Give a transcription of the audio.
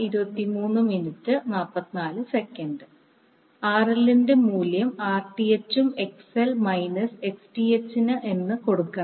RL ന്റെ മൂല്യം Rth ഉം XL മൈനസ് Xth ന് എന്ന് കൊടുക്കണം